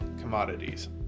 commodities